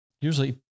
usually